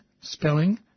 spelling